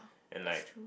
and like